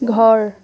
ঘৰ